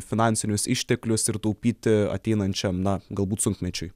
finansinius išteklius ir taupyti ateinančiam na galbūt sunkmečiui